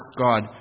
God